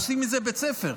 עושים מזה בית ספר,